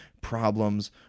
problems